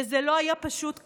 וזה לא היה פשוט כלל.